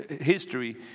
history